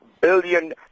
billion